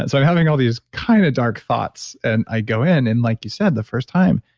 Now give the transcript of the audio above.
and i'm having all these kind of dark thoughts and i go in. and like you said the first time,